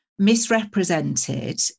misrepresented